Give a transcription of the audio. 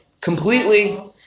Completely